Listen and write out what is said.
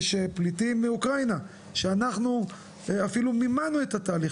יש פליטים מאוקראינה שאנחנו מימנו את התהליך,